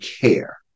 care